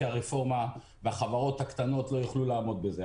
כי הרפורמה והחברות הקטנות לא יוכלו לעמוד בזה.